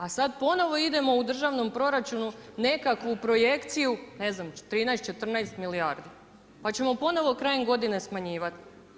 A sad ponovno idemo u državnom proračunu nekakvu projekciju, ne znam 13, 14 milijardi, pa ćemo ponovno krajem godine smanjivati.